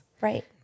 Right